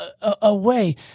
away